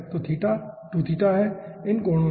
तो theta 2 theta हैं इन कोणों में